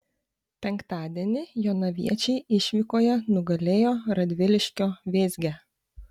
penktadienį jonaviečiai išvykoje nugalėjo radviliškio vėzgę